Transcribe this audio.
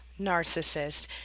narcissist